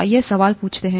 आइए सवाल पूछते हैं